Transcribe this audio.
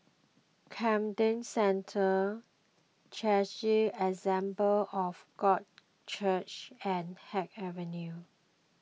Camden Centre Charis Assemble of God Church and Haig Avenue